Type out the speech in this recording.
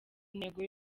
intego